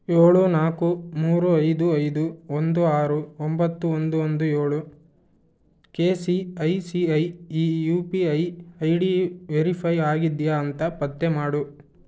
ಏಳು ನಾಲ್ಕು ಮೂರು ಐದು ಐದು ಒಂದು ಆರು ಒಂಬತ್ತು ಒಂದು ಒಂದು ಏಳು K C I C I ಈ U P I I D verify ಆಗಿದೆಯಾ ಅಂತ ಪತ್ತೆ ಮಾಡು